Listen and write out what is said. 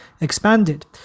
expanded